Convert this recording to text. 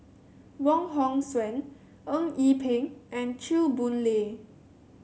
Wong Hong Suen Eng Yee Peng and Chew Boon Lay